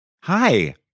Hi